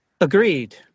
Agreed